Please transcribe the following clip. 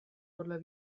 podle